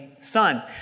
Son